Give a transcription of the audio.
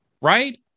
Right